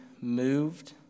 moved